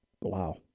Wow